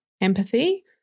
empathy